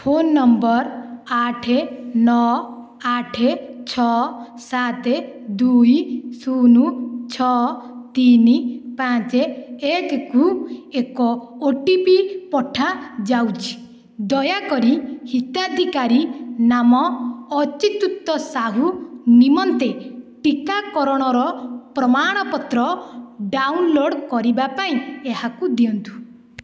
phone number ଆଠ ନଅ ଆଠ ଛଅ ସାତ ଦୁଇ ଶୂନ ଛଅ ତିନି ପାଞ୍ଚ ଏକକୁ ଏକ ଓ ଟି ପି ପଠାଯାଉଛି ଦୟାକରି ହିତାଧିକାରୀ ନାମ ଅଚ୍ୟୁତ ସାହୁ ନିମନ୍ତେ ଟିକାକରଣର ପ୍ରମାଣପତ୍ର ଡାଉନଲୋଡ଼୍ କରିବା ପାଇଁ ଏହାକୁ ଦିଅନ୍ତୁ